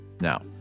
now